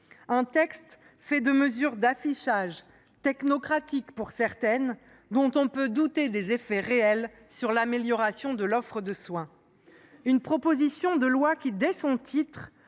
d’un texte fait de mesures d’affichage, technocratiques pour certaines, dont on peut douter des effets réels sur l’amélioration de l’offre de soins. Il s’agit d’une proposition de loi qui, dès son titre,